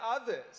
others